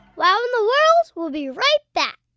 wow in the world will be right back.